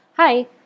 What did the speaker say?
Hi